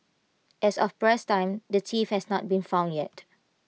as of press time the thief has not been found yet